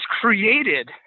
created